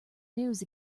news